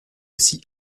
aussi